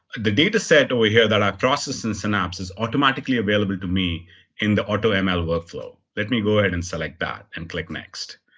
the dataset over here that i've processed in synapse is automatically available to me in the auto yeah ml workflow. let me go ahead and select that and click next.